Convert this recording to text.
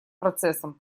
процессом